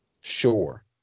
Sure